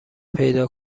پیدا